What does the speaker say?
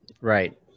Right